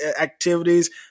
activities